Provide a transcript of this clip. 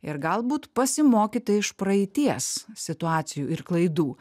ir galbūt pasimokyt iš praeities situacijų ir klaidų